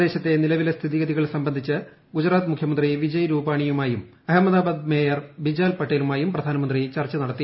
പ്രദേശത്തെ നിലവിലെ സ്ഥിതിഗതികൾ സംബന്ധിച്ച് ഗുജറാത്ത് മുഖ്യമന്ത്രി വിജയ് രുപാണിയുമായും അഹമ്മദാബാദ് മേയർ ബിജാൽ പട്ടേലുമായും പ്രധാനമന്ത്രി ചർച്ചു നടത്തി